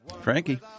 Frankie